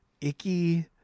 icky